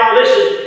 listen